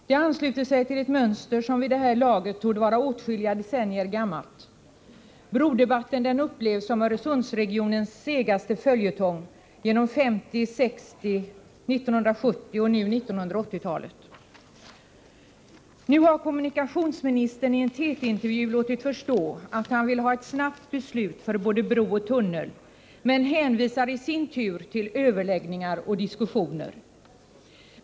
Det ansluter sig till ett mönster, som vid det här laget torde vara åtskilliga decennier gammalt. Brodebatten upplevs som Öresundsregionens segaste följetong genom 1950-, 1960-, 1970 och nu 1980-talet. Kommunikationsministern har i en TT-intervju nu låtit förstå att han vill ha ett snabbt beslut för både bro och tunnel. Men han hänvisar i sin tur till överläggningar och diskussioner.